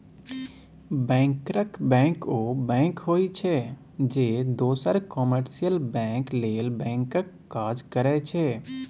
बैंकरक बैंक ओ बैंक होइ छै जे दोसर कामर्शियल बैंक लेल बैंकक काज करै छै